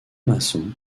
maçon